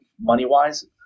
money-wise